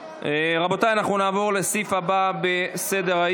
אנחנו נעבור לסעיף הבא בסדר-היום,